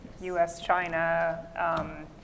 US-China